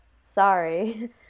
sorry